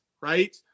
right